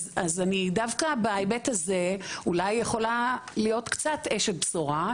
אז אני דווקא בהיבט הזה אולי יכולה להיות קצת אשת בשורה,